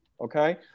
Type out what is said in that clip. Okay